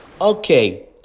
Okay